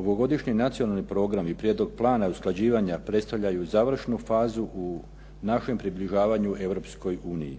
Ovogodišnji nacionalni program i prijedlog plana usklađivanja predstavljaju završnu fazu u našem približavanju Europskoj uniji.